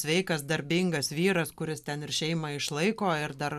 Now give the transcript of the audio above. sveikas darbingas vyras kuris ten ir šeimą išlaiko ir dar